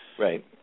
Right